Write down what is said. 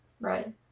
Right